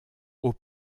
aux